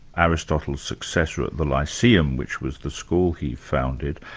aristotle's successor at the lyceum, which was the school he founded,